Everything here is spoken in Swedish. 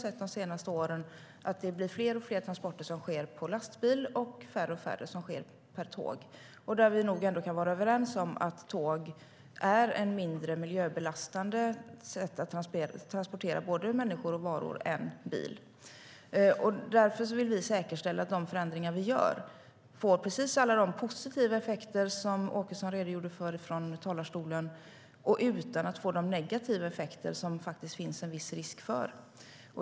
De senaste åren har vi sett att fler och fler transporter sker med lastbil och färre och färre med tåg. Vi kan nog ändå vara överens om att tåg är ett mindre miljöbelastande sätt att transportera människor och varor än bil. Därför vill vi säkerställa att de förändringar vi gör får precis alla de positiva effekter som Åkesson redogjorde för från talarstolen, men utan att få de negativa effekter som det faktiskt finns en viss risk för.